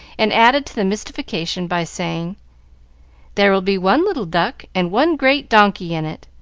and added to the mystification by saying there will be one little duck and one great donkey in it.